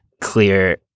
clear